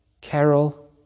Carol